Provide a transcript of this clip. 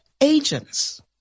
agents